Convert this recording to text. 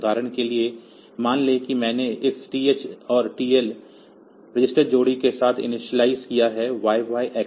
उदाहरण के लिए मान लें कि मैंने इस TH और TL रजिस्टर जोड़ी के साथ इनिशियलाइज़ किया है YYXXhex